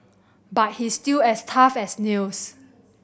but he's still as tough as nails